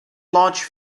large